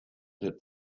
that